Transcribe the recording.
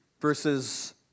verses